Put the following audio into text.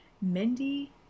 Mindy